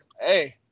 hey